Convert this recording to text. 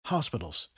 Hospitals